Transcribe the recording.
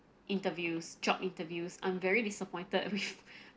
interviews job interviews I'm very disappointed with